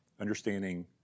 understanding